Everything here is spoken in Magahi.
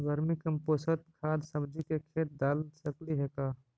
वर्मी कमपोसत खाद सब्जी के खेत दाल सकली हे का?